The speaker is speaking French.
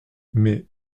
mais